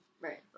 Right